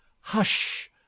hush